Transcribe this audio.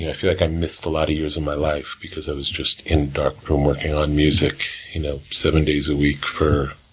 yeah feel like i missed a lot of years of my life, because i was just in a dark room, working on music. you know seven days a week for